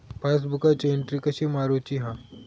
पासबुकाची एन्ट्री कशी मारुची हा?